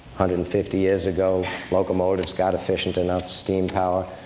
hundred and fifty years ago, locomotives got efficient enough, steam power,